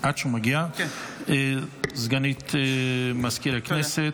הודעה לסגנית מזכיר הכנסת.